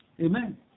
Amen